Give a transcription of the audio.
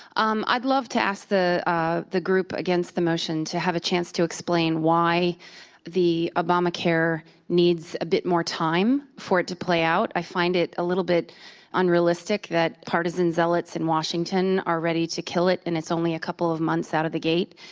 um i'd love to ask the group against the motion to have a chance to explain why the obamacare needs a bit more time for it to play out. i find it a little bit unrealistic that partisan zealots in washington are ready to kill it, and it's only a couple of months out of the gate,